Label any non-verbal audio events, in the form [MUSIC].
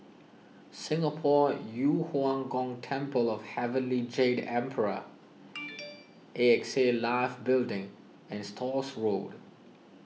Singapore Yu Huang Gong Temple of Heavenly Jade Emperor [NOISE] A X A Life Building and Stores Road